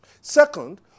Second